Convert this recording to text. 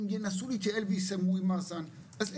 אלה